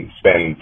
spend